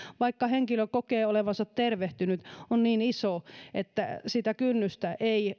vaikka henkilö kokee olevansa tervehtynyt on niin iso että sitä kynnystä ei